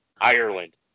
Ireland